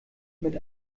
mit